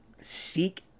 seek